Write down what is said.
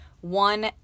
One